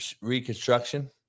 reconstruction